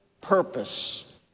purpose